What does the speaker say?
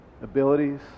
abilities